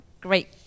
great